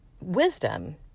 wisdom